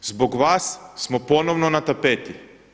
Zbog vas smo ponovno na tapeti.